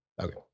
Okay